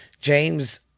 James